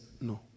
No